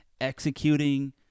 executing